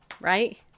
right